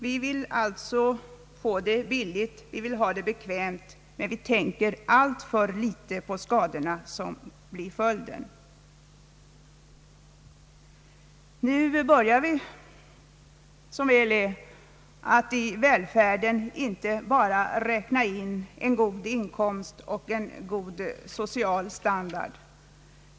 Vi vill alltså få varor billigt, vi vill ha det bekvämt, men vi tänker alltför litet på de skador som blir följden. Nu börjar vi — som väl är att i välfärden inte bara räkna in en god inkomst och en god social standard.